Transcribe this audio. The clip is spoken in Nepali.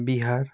बिहार